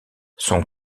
son